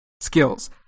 skills